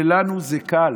ולנו זה קל,